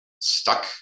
stuck